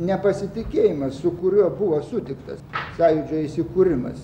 nepasitikėjimas su kuriuo buvo sutiktas sąjūdžio įsikūrimas